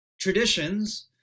traditions